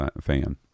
fan